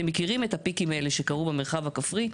אתם מכירים את הפיקים האלה שקרו במרחב הכפרי,